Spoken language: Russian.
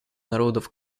народов